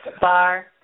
bar